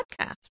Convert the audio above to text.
podcast